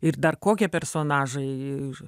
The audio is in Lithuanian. ir dar kokie personažai